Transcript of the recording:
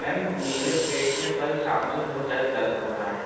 ma'am मेरे पेट में कल शाम से बहुत ज़्यादा दर्द हो रहा है